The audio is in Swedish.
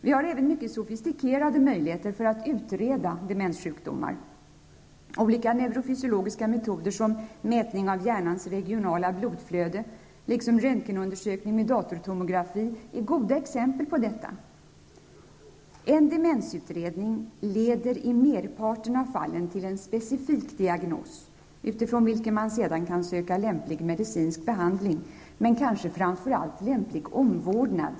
Vi har även mycket sofistikerade möjligheter för att utreda demenssjukdomar. Olika neurofysiologiska metoder som mätning av hjärnans regionala blodflöde, liksom röntgenundersökning med datortomografi är goda exempel på detta. En demensutredning leder i merparten av fallen till en specifik diagnos, utifrån vilken man sedan kan söka lämplig medicinsk behandling, men kanske framför allt lämplig omvårdnad.